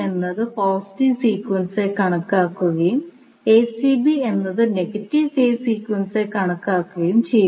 എന്നത് പോസിറ്റീവ് സീക്വൻസായി കണക്കാക്കുകയും നെഗറ്റീവ് ഫേസ് സീക്വൻസായി കണക്കാക്കുകയും ചെയ്യുന്നു